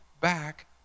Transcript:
back